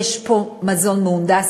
יש פה מזון מהונדס.